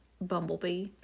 bumblebee